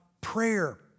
prayer